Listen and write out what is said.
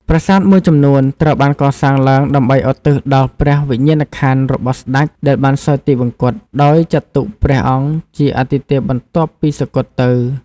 ប្រាសាទមួយចំនួនត្រូវបានកសាងឡើងដើម្បីឧទ្ទិសដល់ព្រះវិញ្ញាណក្ខន្ធរបស់ស្ដេចដែលបានសោយទិវង្គត ដោយចាត់ទុកព្រះអង្គជាអាទិទេពបន្ទាប់ពីសុគតទៅ។